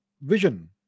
vision